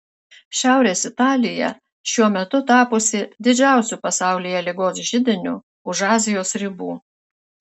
šiaurės italija šiuo metu tapusi didžiausiu pasaulyje ligos židiniu už azijos ribų